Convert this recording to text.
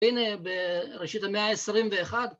‫הנה, בראשית המאה ה-21.